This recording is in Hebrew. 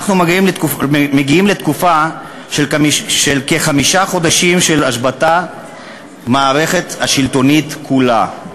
אנחנו מגיעים לתקופה של כחמישה חודשים של השבתת המערכת השלטונית כולה.